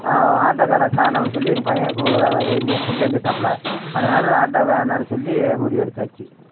ஆட்டோக்காரரை காணோம்னு சொல்லி எங்கள் பையன் என்னை கூட்டியாந்துட்டாப்பில அதனால ஆட்டோ வேண்டாம்ன்னு சொல்லி முடிவெடுத்தாச்சு